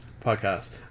podcast